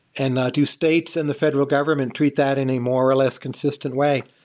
and do states and the federal government treat that in a more or less consistent way?